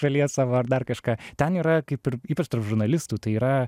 šalies savo ar dar kažką ten yra kaip ir ypač tarp žurnalistų tai yra